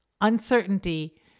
uncertainty